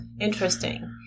Interesting